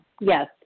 Yes